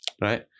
right